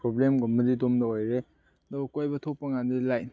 ꯄ꯭ꯔꯣꯕ꯭ꯂꯦꯝꯒꯨꯝꯕꯗꯤ ꯑꯗꯨꯝꯅ ꯑꯣꯏꯔꯦ ꯑꯗꯨꯒ ꯀꯣꯏꯕ ꯊꯣꯛꯄꯀꯥꯟꯗꯗꯤ ꯂꯥꯏꯛ